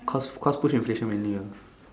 cause cost push inflation we knew ya